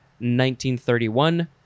1931